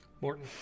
Morton